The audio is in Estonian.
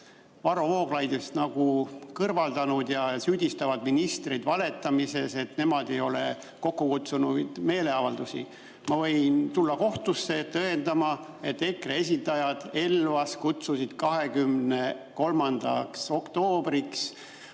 Varro Vooglaidist just nagu eemaldunud ja süüdistavad ministreid valetamises, et EKRE ei ole kokku kutsunud meeleavaldusi. Ma võin tulla kohtusse tõendama, et EKRE esindajad kutsusid Elvas 23. oktoobriks